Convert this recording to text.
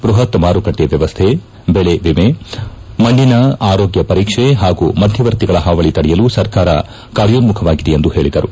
ಬ್ಲಪತ್ ಮಾರುಕಟ್ಟಿ ವ್ಯವಸ್ಥೆ ಜಿಳೆಎಮೆ ಮಣ್ಣಿನ ಆರೋಗ್ನ ಪರೀಕ್ಷೆ ಹಾಗೂ ಮಧ್ಯವರ್ತಿಗಳ ಹಾವಳಿ ತಡೆಯಲು ಸರ್ಕಾರ ಕಾರ್ಯೋನ್ನುಖವಾಗಿದೆ ಎಂದು ಪೇಳದರು